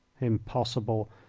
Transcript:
impossible!